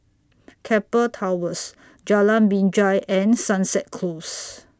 Keppel Towers Jalan Binjai and Sunset Close